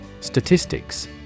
Statistics